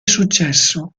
successo